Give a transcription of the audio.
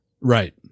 Right